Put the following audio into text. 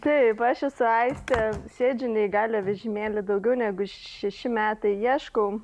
taip aš esu aistė sėdžiu neįgaliojo vežimėly daugiau negu šeši metai ieškau